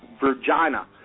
Virginia